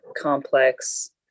complex